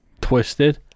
twisted